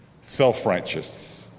Self-righteous